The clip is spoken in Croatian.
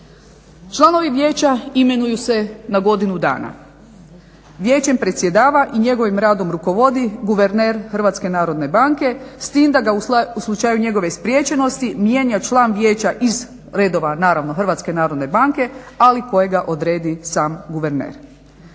članovi vijeća imenuju se na godinu dana. Vijećem predsjedava i njegovim radom rukovodi guverner HNB-a s tim da ga u slučaju njegove spriječenosti mijenja član vijeća iz redova naravno HNB-a ali kojega odredi sam guverner.